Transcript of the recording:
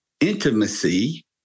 intimacy